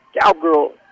Cowgirl